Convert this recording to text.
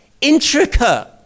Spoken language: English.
intricate